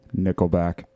Nickelback